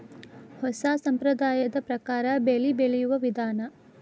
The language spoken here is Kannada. ಹೊಸಾ ಸಂಪ್ರದಾಯದ ಪ್ರಕಾರಾ ಬೆಳಿ ಬೆಳಿಯುವ ವಿಧಾನಾ